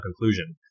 conclusion